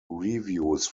reviews